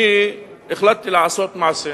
אני החלטתי לעשות מעשה.